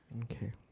Okay